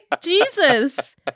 Jesus